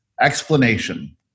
explanation